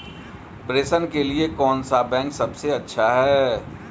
प्रेषण के लिए कौन सा बैंक सबसे अच्छा है?